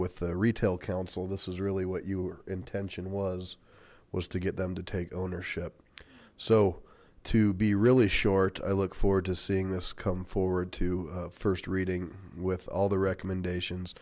with retail council this is really what you were intention was was to get them to take ownership so to be really short i look forward to seeing this come forward to first reading with all the recommendations